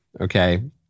okay